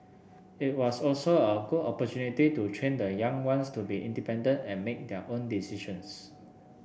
it was also a good opportunity to train the young ones to be independent and make their own decisions